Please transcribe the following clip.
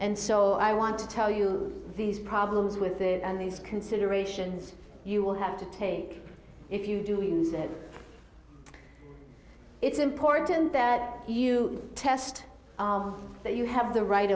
and so i want to tell you these problems with it and these considerations you will have to take if you do use them it's important that you test that you have the right